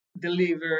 deliver